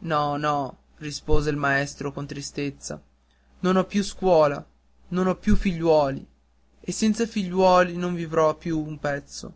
no no rispose il maestro con tristezza non ho più scuola non ho più figliuoli e senza figliuoli non vivrò più un pezzo